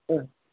ആ